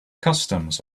customs